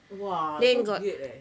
!wah! so weird leh